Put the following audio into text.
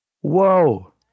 Whoa